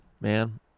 man